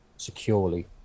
securely